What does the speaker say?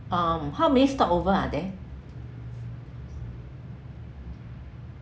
um how may stopover are there